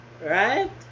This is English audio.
right